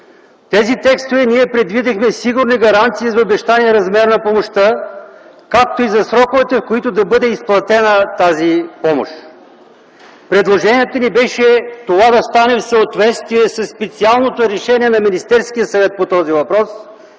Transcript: тези текстове ние предвидихме сигурни гаранции за обещания размер на помощта, както и за сроковете, в които да бъде изплатена тази помощ. Предложението ни беше това да стане в съответствие със специалното решение на Министерския съвет по този въпрос